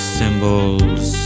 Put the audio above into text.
symbols